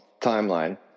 timeline